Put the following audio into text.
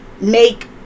make